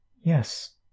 Yes